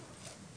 זאת.